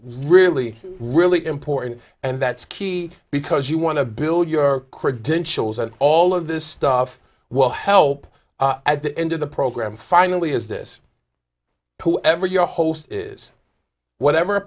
really really important and that's key because you want to build your credentials and all of this stuff will help at the end of the program finally is this who ever you host is whatever a